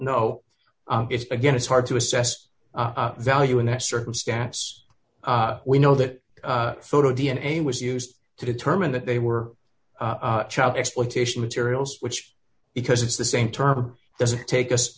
know it's again it's hard to assess value in that circumstance we know that photo d n a was used to determine that they were child exploitation materials which because it's the same term doesn't take us